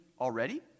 already